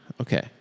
Okay